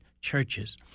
churches